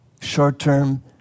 short-term